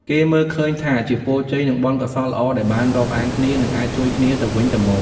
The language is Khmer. គេមើលឃើញថាជាពរជ័យ និងបុណ្យកុសលល្អដែលបានរាប់អានគ្នា និងអាចជួយគ្នាទៅវិញទៅមក។